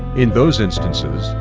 in those instances,